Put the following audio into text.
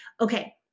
Okay